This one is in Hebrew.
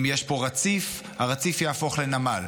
אם יש פה רציף, הרציף יהפוך לנמל.